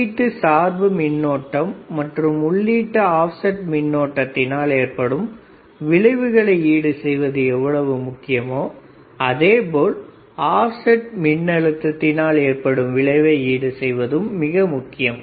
உள்ளீட்டு சார்பு மின்னோட்டம் மற்றும் உள்ளீட்டு ஆப்செட் மின்னோட்டத்தினால் ஏற்படும் விளைவுகளை ஈடு செய்வது எவ்வளவு முக்கியமோ அதேபோல் ஆப்செட் மின் அழுத்தத்தினால் ஏற்படும் விளைவை ஈடு செய்வதும் மிக முக்கியம்